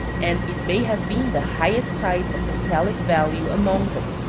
and it may have been the highest type of metallic value among them.